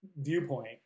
viewpoint